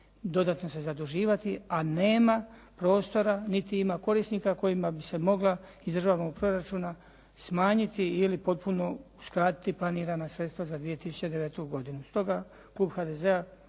dodatno se zaduživati, a nema prostora, niti ima korisnika kojima bi se mogla iz državnog proračuna smanjiti ili potpuno uskratiti planirana sredstva za 2009. godinu. Stoga, klub HDZ-a